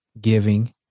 giving